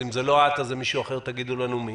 אז אם זו לא את וזה מישהו אחר, תגידו לנו מי.